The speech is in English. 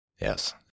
Yes